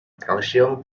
calcium